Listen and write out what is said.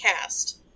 cast